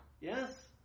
Yes